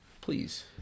Please